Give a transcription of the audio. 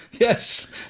yes